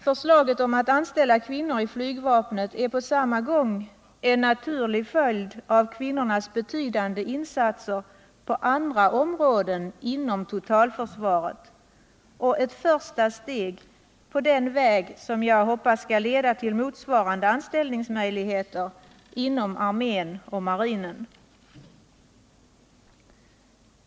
Förslaget om att anställa kvinnor i flygvapnet är på samma gång en naturlig följd av kvinnornas betydande insatser på andra områden inom totalförsvaret och ett första steg på den väg som jag hoppas skall leda till motsvarande anställningsmöjligheter inom armén och marinen.